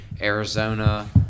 Arizona